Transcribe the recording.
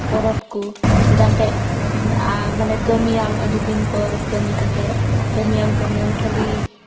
ᱯᱚᱚᱵᱽ ᱠᱩ ᱪᱮᱫᱟᱜ ᱮᱱᱛᱮᱫ ᱟᱢ ᱠᱟᱹᱢᱤᱭᱟᱢ ᱟᱹᱰᱤ ᱫᱤᱱ ᱯᱚᱨ ᱠᱟᱹᱢᱤ ᱠᱟᱛᱮ ᱠᱟᱹᱢᱤᱭᱟᱢ ᱠᱟᱹᱢᱤᱭᱟᱢ ᱠᱷᱟᱹᱞᱤ